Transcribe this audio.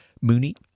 Mooney